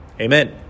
amen